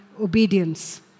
obedience